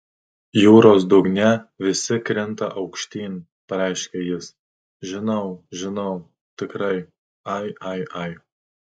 jūros dugne visi krinta aukštyn pareiškė jis žinau žinau tikrai ai ai ai